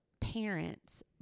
parents